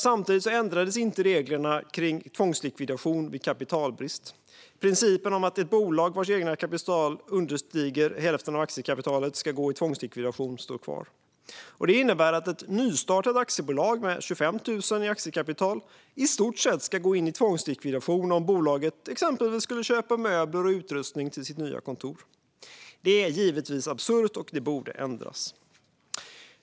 Samtidigt ändrades inte reglerna kring tvångslikvidation vid kapitalbrist, utan principen att ett bolag vars eget kapital understiger hälften av aktiekapitalet ska gå i tvångslikvidation står kvar. Det innebär att ett nystartat aktiebolag med 25 000 i aktiekapital i stort sett ska gå i tvångslikvidation om bolaget exempelvis köper möbler och utrustning till sitt nya kontor. Detta är givetvis absurt och borde ändras.